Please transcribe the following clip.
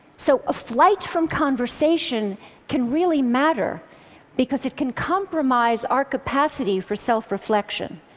so a flight from conversation can really matter because it can compromise our capacity for self-reflection.